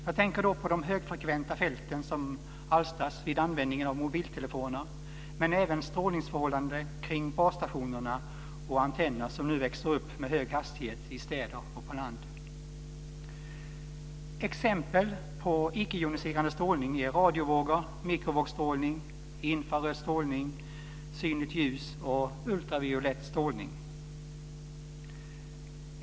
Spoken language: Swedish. Jag tänker då på de högfrekventa fält som alstras vid användning av mobiltelefoner och även på strålningsförhållandena kring basstationer och antenner som nu med hög hastighet växer upp i städer och på landet. Exempel på icke joniserande strålning är radiovågor, mikrovågsstrålning, infraröd strålning, synligt ljus och ultraviolett strålning.